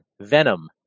Venom